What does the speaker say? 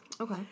Okay